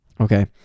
okay